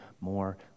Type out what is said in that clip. more